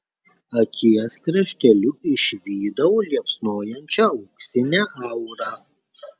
akies krašteliu išvydau liepsnojančią auksinę aurą